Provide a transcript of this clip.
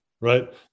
right